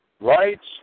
rights